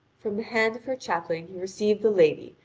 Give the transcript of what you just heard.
from the hand of her chaplain he received the lady,